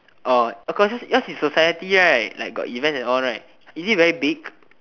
orh of course it's yours is society right like got events and all right is it very big